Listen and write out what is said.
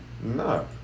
no